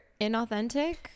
inauthentic